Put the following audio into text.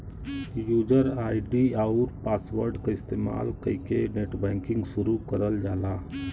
user ID आउर password क इस्तेमाल कइके नेटबैंकिंग शुरू करल जाला